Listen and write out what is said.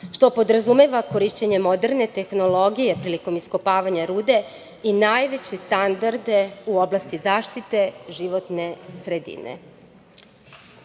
što podrazumeva korišćenje moderne tehnologije prilikom iskopavanja rude i najveće standarde u oblasti zaštite životne